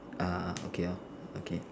ah okay lor okay